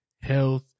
health